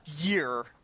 year